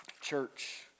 church